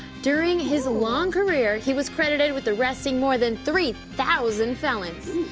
during his long career, he was credited with arresting more than three thousand felons.